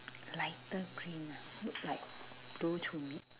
lighter green ah looks like blue to me